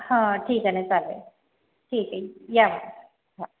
ठीक आहे ना चालते ठीक आहे या